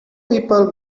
people